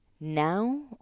Now